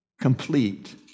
complete